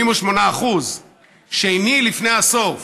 88%; במקום השני לפני הסוף,